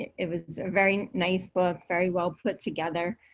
it was a very nice book, very well put together,